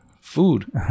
Food